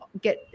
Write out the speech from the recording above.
get